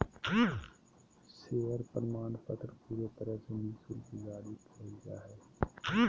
share प्रमाणपत्र पूरे तरह से निःशुल्क जारी कइल जा हइ